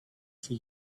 for